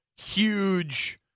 huge